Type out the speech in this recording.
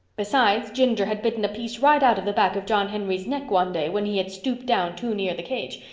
besides, ginger had bitten a piece right out of the back of john henry's neck one day when he had stooped down too near the cage.